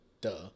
duh